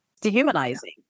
dehumanizing